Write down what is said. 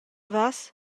vas